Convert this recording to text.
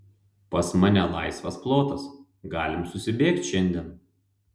pas mane laisvas plotas galim susibėgt šiandien